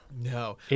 No